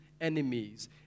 enemies